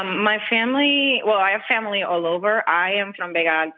ah my family well, i have family all over. i am from vega